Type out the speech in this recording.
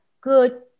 good